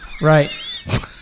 Right